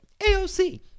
AOC